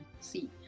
see